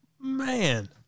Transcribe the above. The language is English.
man